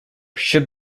should